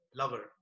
lover